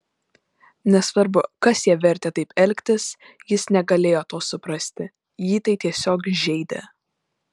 nesvarbu kas ją vertė taip elgtis jis negalėjo to suprasti jį tai tiesiog žeidė